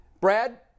Brad